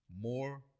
more